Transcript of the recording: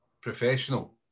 professional